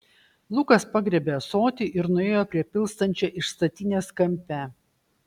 lukas pagriebė ąsotį ir nuėjo prie pilstančio iš statinės kampe